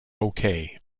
okay